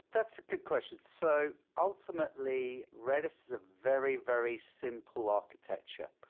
that's a good question. so ultimately, redis is a very, very simple architecture,